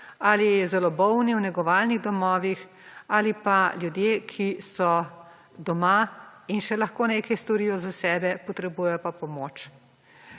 ali zelo bolni v negovalnih domovih ali pa ljudje, ki so doma in še lahko nekaj storijo za sebe, potrebujejo pa pomoč.